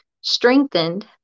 strengthened